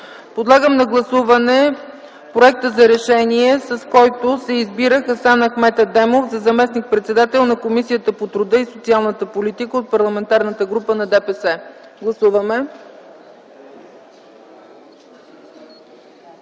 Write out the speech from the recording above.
Подлагам на гласуване проект за решение , с който се избира Хасан Ахмед Адемов за заместник-председател на Комисията по труда и социалната политика от Парламентарната група на ДПС. Гласували